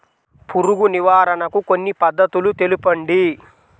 పురుగు నివారణకు కొన్ని పద్ధతులు తెలుపండి?